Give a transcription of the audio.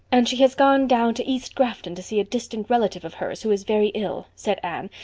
and she has gone down to east grafton to see a distant relative of hers who is very ill, said anne,